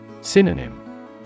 Synonym